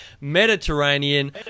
Mediterranean